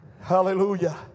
Hallelujah